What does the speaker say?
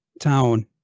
town